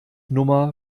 nummer